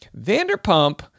Vanderpump